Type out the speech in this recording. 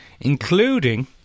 including